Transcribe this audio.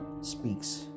speaks